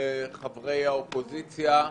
חברי האופוזיציה,